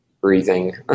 breathing